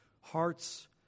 hearts